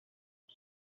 uwo